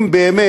אם באמת.